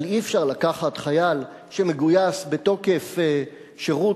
אבל אי-אפשר לקחת חייל שמגויס בתוקף חוק